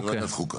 בוועדת חוקה.